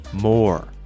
More